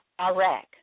Iraq